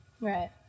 Right